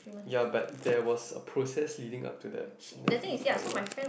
ya but there was a process leading up to the that final